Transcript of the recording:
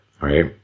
right